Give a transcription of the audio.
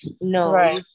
no